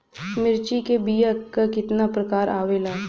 मिर्चा के बीया क कितना प्रकार आवेला?